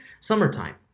summertime